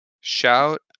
Shout